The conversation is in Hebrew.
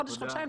חודש-חודשיים,